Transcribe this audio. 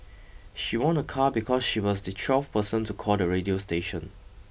she won a car because she was the twelfth person to call the radio station